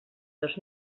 dos